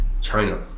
China